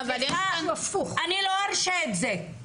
סליחה, אני לא ארשה את זה.